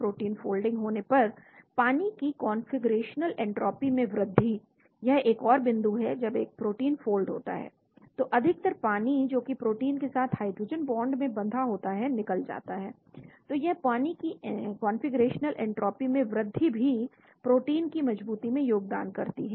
protein folding होने पर पानी की कॉन्फ़िगरेशनल एंट्रोपी में वृद्धि यह एक और बिंदु है जब एक प्रोटीन फोल्ड होता है तो अधिकतर पानी जो कि प्रोटीन के साथ हाइड्रोजन बॉन्ड में बंधा है निकल जाता है तो यह पानी की कॉन्फ़िगरेशनल एंनट्रॉपी में वृद्धि भी प्रोटीन की मजबूती में योगदान करती है